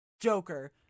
joker